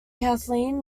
kathleen